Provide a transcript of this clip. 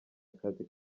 akazi